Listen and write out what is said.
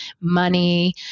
money